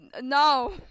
No